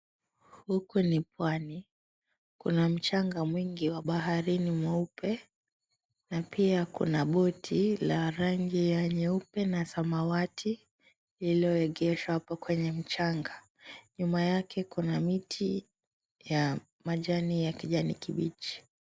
Huku ni pwani, kuna mchanga mwingi wa baharini mweupe na pia kuna boti la rangi ya nyeupe na samawati lililoegeshwa hapo kwenye mchanga, nyuma yake kuna miti majani ya kijani kibichi.